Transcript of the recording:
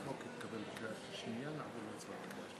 סעיפים 2 3 נתקבלו.